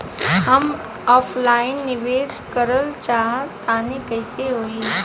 हम ऑफलाइन निवेस करलऽ चाह तनि कइसे होई?